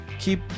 Keep